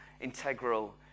integral